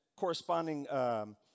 corresponding